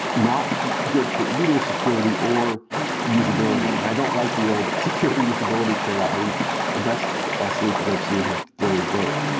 not good for either security or usability. and i don't like the old security usability tradeoff. i think the best ah solutions i've seen have included both.